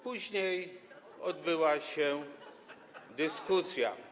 Później odbyła się dyskusja.